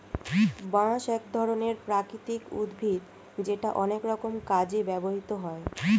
বাঁশ এক ধরনের প্রাকৃতিক উদ্ভিদ যেটা অনেক রকম কাজে ব্যবহৃত হয়